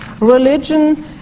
religion